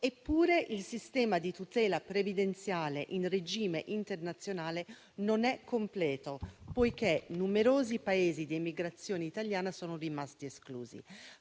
Eppure il sistema di tutela previdenziale in regime internazionale non è completo, poiché numerosi Paesi di emigrazione italiana sono rimasti esclusi.